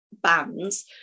bands